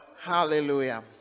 Hallelujah